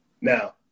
Now